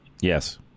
Yes